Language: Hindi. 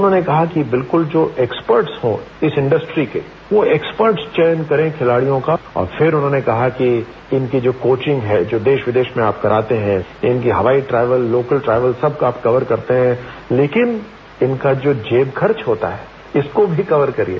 उन्होंने कहा कि बिल्कुल जो एक्सपर्टस हो इस इंड्रस्ट्री के वो एक्सपर्टस चयन करें खिलाड़ियों का और फिर उन्होंने कहा कि इनकी जो कोचिंग है जो देश विदेश में आप कराते हैं इनके हवाई ट्रेवल लोकल ट्रेवल सब आप कवर करते हैं लेकिन इनका जो जेब खर्च होता है इसको भी कवर करिए